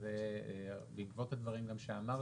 זה בעקבות הדברים שאמרת,